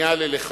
כניעה ללחצים.